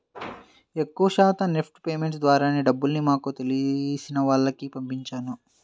ఎక్కువ శాతం NEFT payments ద్వారానే డబ్బుల్ని మాకు తెలిసిన వాళ్లకి పంపించాను